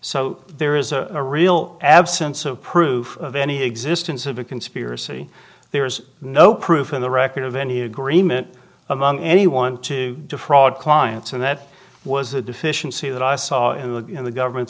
so there is a real absence of proof of any existence of a conspiracy there's no proof in the record of any agreement among anyone to defraud clients and that was a deficiency that i saw in the government's